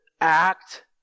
act